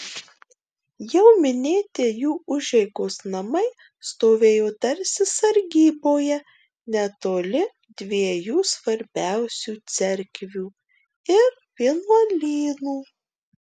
jau minėti jų užeigos namai stovėjo tarsi sargyboje netoli dviejų svarbiausių cerkvių ir vienuolynų